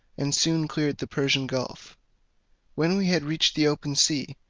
and soon cleared the persian gulf when we had reached the open sea,